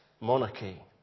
monarchy